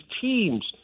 teams